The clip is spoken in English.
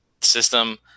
system